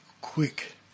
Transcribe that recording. quick